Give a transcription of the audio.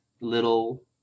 little